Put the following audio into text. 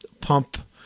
pump